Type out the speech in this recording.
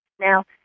Now